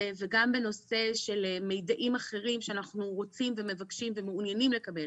וגם בנושא של מידעים אחרים שאנחנו רוצים ומבקשים ומעוניינים לקבל